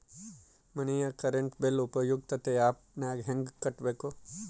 ಮನೆ current bill ಉಪಯುಕ್ತತೆ app ನಾಗ ಹೆಂಗ ಕಟ್ಟಬೇಕು?